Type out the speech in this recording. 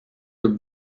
with